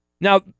Now